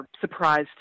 surprised